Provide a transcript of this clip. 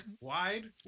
wide